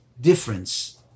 difference